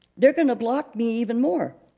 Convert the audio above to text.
they're gonna block me even more.